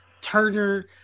Turner